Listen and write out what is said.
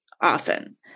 often